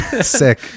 sick